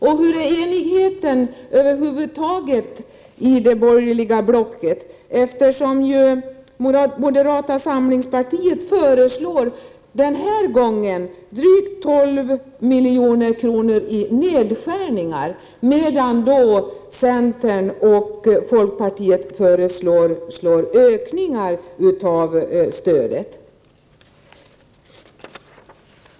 Hur är det med enigheten över huvud taget i det borgerliga blocket? Moderata samlingspartiet föreslår ju den här gången drygt 12 miljoner i nedskärningar, medan centern och folkpartiet föreslår ökningar av stödet.